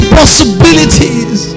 possibilities